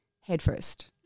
headfirst